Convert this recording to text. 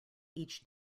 each